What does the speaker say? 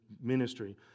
ministry